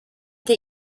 that